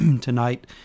tonight